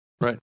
right